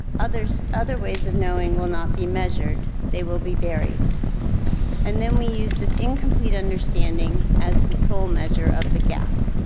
other ways of knowing will not be measured, they will be buried and then we use this incomplete understanding as the sole measure of the gap.